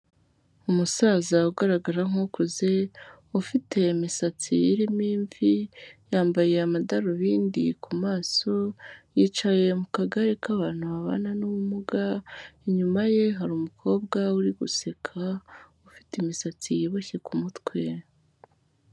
Umusaza ugaragara nk'ukuze, ufite imisatsi irimo imvi, yambaye amadarubindi ku maso, yicaye mu kagare k'abantu babana n'ubumuga, inyuma ye hari umukobwa uri guseka, ufite imisatsi yiboshye ku mutwe.